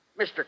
Mr